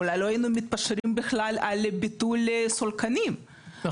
אולי לא היינו מתפשרים על ביטול סולקנים אבל